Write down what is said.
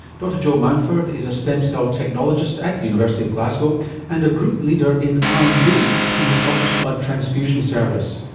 dr jo mountford is a stem cell technologist at the university of glasgow and a group leader in r and d in the scottish blood transfusion service.